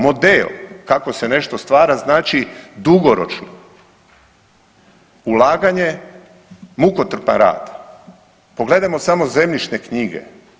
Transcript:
Model kako se nešto stvara znači dugoročno ulaganje, mukotrpan rad, pogledajmo samo zemljišne knjige.